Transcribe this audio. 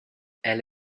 elle